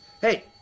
Hey